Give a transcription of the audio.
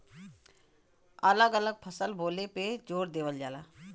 अलग अलग फसल बोले पे जोर देवल जाला